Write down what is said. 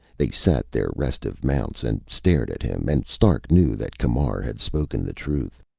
they sat their restive mounts and stared at him, and stark knew that camar had spoken the truth.